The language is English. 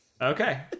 Okay